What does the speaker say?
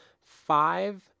five